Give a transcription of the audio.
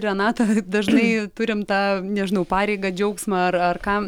renata dažnai turim tą nežinau pareigą džiaugsmą ar ar ką